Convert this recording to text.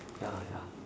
ya ya